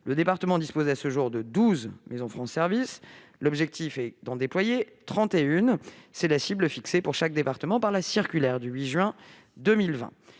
Le département dispose à ce jour de 12 maisons France Services, l'objectif étant d'en déployer 31. C'est la cible fixée pour chaque département par la circulaire du 8 juin 2020.